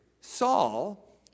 Saul